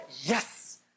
yes